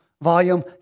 Volume